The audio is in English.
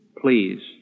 Please